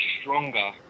stronger